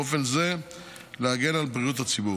ובאופן זה להגן על בריאות הציבור.